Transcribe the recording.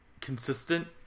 consistent